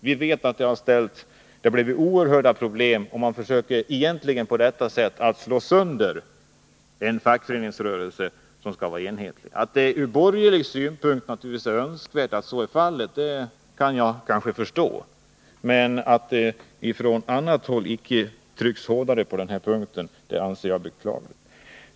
Vi vet att det uppstår oerhörda problem om man på detta sätt försöker slå sönder en enhetlig fackföreningsrörelse. Ur borgerlig synpunkt är det naturligtvis önskvärt att så blir fallet, det kan jag förstå. Men det är beklagligt att det inte från annat håll trycks hårdare på den här punkten.